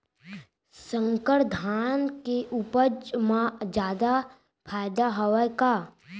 संकर धान के उपज मा जादा फायदा हवय का?